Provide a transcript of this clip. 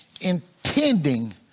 intending